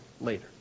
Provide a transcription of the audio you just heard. later